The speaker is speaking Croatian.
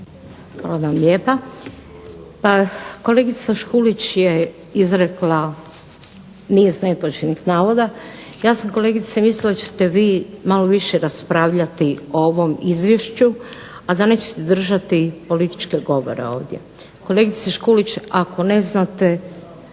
Hvala vam lijepa. Pa kolegica Škulić je izrekla niz netočnih navoda. Ja sam kolegice mislila da ćete vi malo više raspravljati o ovom izvješću, a da nećete držati političke govore ovdje. Kolegice Škulić ako ne znate